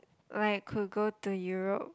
like could go to Europe